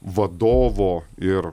vadovo ir